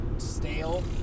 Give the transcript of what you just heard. stale